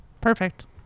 Perfect